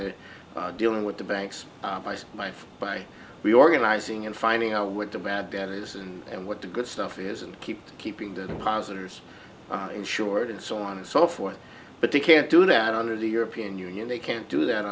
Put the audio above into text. the dealing with the banks by my feet by reorganizing and finding out what the bad debt is and what the good stuff is and keep keeping that positive insured and so on and so forth but they can't do that under the european union they can't do that